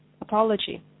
apology